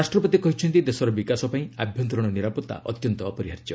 ରାଷ୍ଟ୍ରପତି କହିଛନ୍ତି ଦେଶର ବିକାଶ ପାଇଁ ଆଭ୍ୟନ୍ତରୀଣ ନିରାପତ୍ତା ଅତ୍ୟନ୍ତ ଅପରିହାର୍ଯ୍ୟ